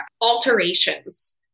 alterations